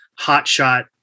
hotshot